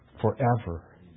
forever